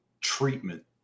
treatment